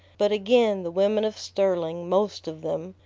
but again the women of sterling, most of them,